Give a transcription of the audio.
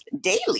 daily